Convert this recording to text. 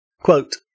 Quote